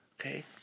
Okay